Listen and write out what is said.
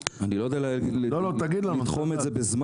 אני לא יודע לתחום את זה בזמן.